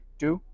two